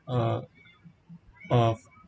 uh uh